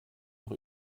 noch